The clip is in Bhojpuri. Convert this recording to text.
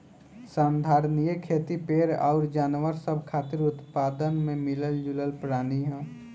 संधारनीय खेती पेड़ अउर जानवर सब खातिर उत्पादन के मिलल जुलल प्रणाली ह